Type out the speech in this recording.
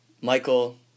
Michael